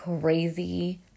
crazy